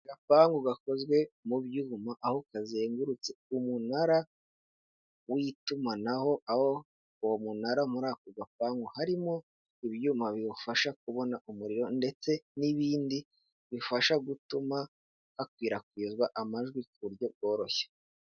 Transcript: Agapangu gakozwe mu byuma aho kazengurutse umunara w'itumanaho aho uwo munara muri ako gapangu harimo ibyuma biwufasha kubona umuriro ndetse n'ibindi bifasha gutuma hakwirakwizwa amajwi ku buryo bworoshye.